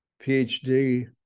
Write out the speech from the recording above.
PhD